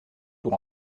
pour